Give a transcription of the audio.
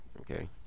Okay